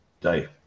day